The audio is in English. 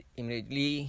Immediately